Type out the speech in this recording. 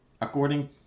according